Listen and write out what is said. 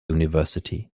university